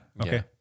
Okay